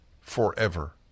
Forever